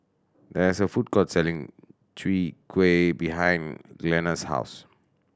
there is a food court selling Chwee Kueh behind Glenna's house